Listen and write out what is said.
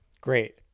Great